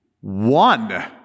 one